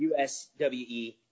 USWE